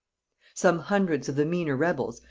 some hundreds of the meaner rebels,